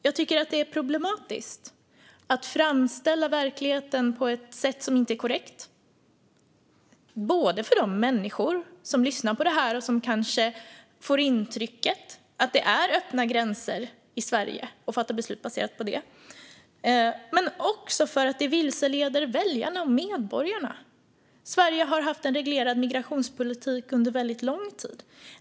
Jag tycker att det är problematiskt att framställa verkligheten på ett sätt som inte är korrekt, både för de människor som lyssnar på detta och som kanske får intrycket att det är öppna gränser till Sverige och fattar beslut baserat på det och för att det vilseleder väljarna och medborgarna. Sverige har haft en reglerad migrationspolitik under väldigt lång tid.